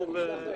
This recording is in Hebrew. כשנגיע לסעיפים.